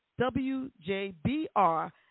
WJBR